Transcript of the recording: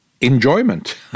enjoyment